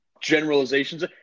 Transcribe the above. generalizations